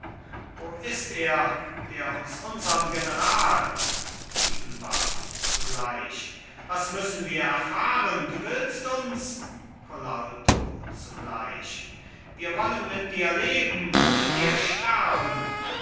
wo ist er der uns unsern general tiefenbach zugleich was müssen wir erfahren du willst uns colalto zugleich wir wollen mit dir leben mit dir sterben